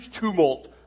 tumult